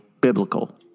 biblical